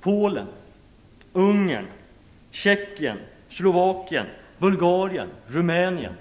Polen, Ungern, Tjeckien, Slovakien, Bulgarien och Rumänien